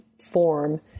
form